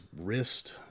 wrist